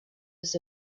was